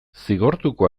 zigortuko